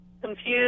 confused